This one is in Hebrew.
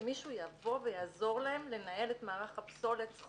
שמישהו יבוא ויעזור להן לנהל את מערך הפסולת.